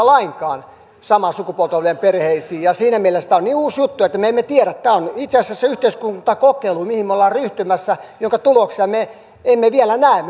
lainkaan adoptiosta samaa sukupuolta olevien perheisiin ja siinä mielessä tämä on niin uusi juttu että me emme tiedä tämä on itse asiassa yhteiskuntakokeilu mihin me olemme ryhtymässä jonka tuloksia me emme vielä näe